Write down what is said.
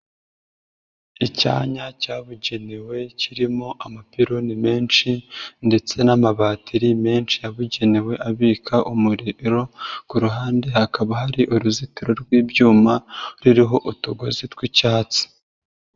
Icyanya cyabugenewe kirimo amapironi menshi ndetse n'amabatiri menshi yabugenewe abika umuriro, ku ruhande hakaba hari uruzitiro rw'ibyuma ruriho utugozi tw'icyatsi.